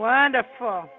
Wonderful